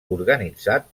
organitzat